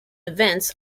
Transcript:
events